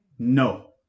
No